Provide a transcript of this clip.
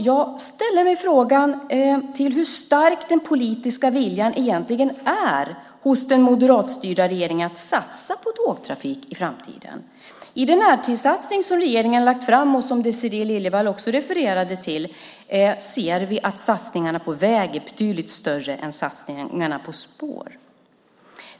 Jag ställer mig frågan hur stark den politiska viljan egentligen är hos den moderatstyrda regeringen att satsa på tågtrafiken i framtiden. I den närtidssatsning som regeringen lagt fram och som Désirée Liljevall också refererade till ser vi att satsningarna på väg är betydligt större än satsningarna på spår.